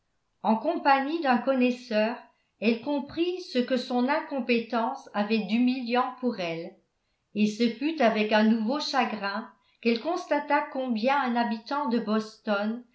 en compagnie d'un connaisseur elle comprit ce que son incompétence avait d'humiliant pour elle et ce fut avec un nouveau chagrin qu'elle constata combien un habitant de boston